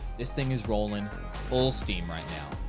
this thing is rolling full steam right now.